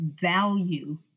value